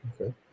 Okay